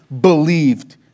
believed